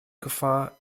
gefahr